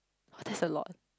!wah! that's a lot